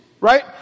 Right